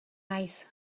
naiz